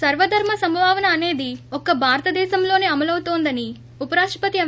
సర్వధర్మ సమభావన అనేది ఒక్క భారతదేశంలోనే అమలవుతోంది అని ఉపరాష్టపతి ఎం